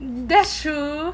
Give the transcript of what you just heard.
yes